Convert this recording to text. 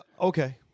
Okay